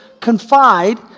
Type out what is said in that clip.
confide